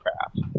craft